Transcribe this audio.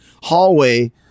hallway